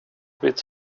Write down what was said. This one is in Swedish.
vid